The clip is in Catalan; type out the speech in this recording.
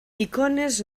icones